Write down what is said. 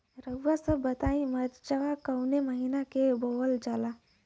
रउआ सभ बताई मरचा कवने महीना में बोवल जाला?